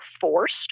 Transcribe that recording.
forced